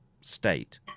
state